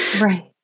Right